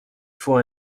faut